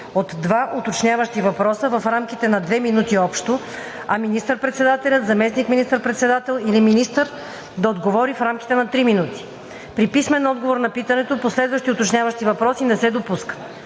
от два уточняващи въпроса в рамките на 2 минути общо, а министър-председателят, заместник министър-председател или министър – да отговори в рамките на 3 минути. При писмен отговор на питането, последващи уточняващи въпроси не се допускат.